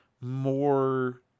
more